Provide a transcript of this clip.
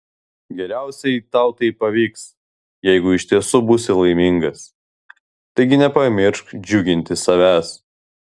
geriausiai tau tai pavyks jeigu iš tiesų būsi laimingas taigi nepamiršk džiuginti savęs